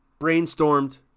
brainstormed